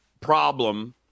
problem